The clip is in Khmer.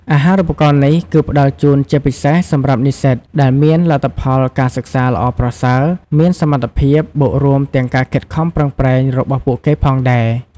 អាហារូបករណ៍នេះ គឺផ្តល់ជូនជាពិសេសសម្រាប់និស្សិតដែលមានលទ្ធផលការសិក្សាល្អប្រសើរ មាន សមត្ថភាព បូករួមទាំងការខិតខំប្រឹងប្រែងរបស់ពួកគេផងដែរ ។